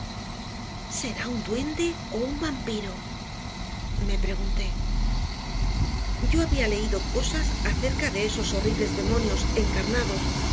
será un duende o un vampiro me pregunté yo había leído cosas acerca de esos horribles demonios encarnados